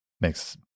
makes